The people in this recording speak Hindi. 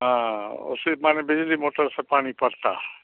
हाँ हाँ उसी माने बिजली मोटर से पानी पड़ता है